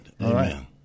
Amen